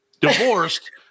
Divorced